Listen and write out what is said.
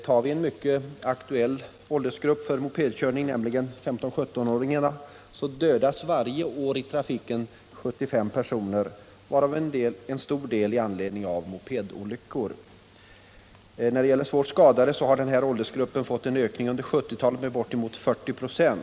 Tar vi en mycket aktuell åldersgrupp för mopedkörning, nämligen 15-17-åringarna, finner vi att det bland dem varje år i trafiken dödas 75 personer, varav en stor del i anledning av mopedolyckor. När det gäller svårt skadade så har man i den åldersgruppen fått en ökning under 1970-talet med bortemot 40 96.